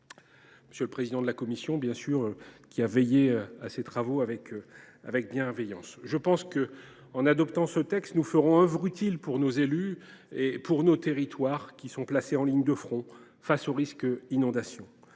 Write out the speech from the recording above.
enfin M. le président de la commission, qui a veillé à nos travaux avec bienveillance. En adoptant ce texte, nous ferons œuvre utile pour nos élus et pour nos territoires, qui sont sur la ligne de front face au risque d’inondation.